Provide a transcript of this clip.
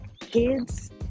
kids